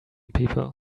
people